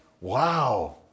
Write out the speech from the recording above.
wow